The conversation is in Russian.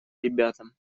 ребятам